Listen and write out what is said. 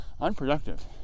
unproductive